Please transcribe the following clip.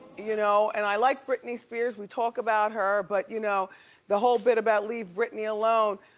you know and i like britney spears. we talk about her, but you know the whole bit about leave britney alone.